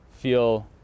feel